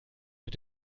mit